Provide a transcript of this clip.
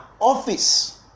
office